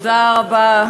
תודה רבה.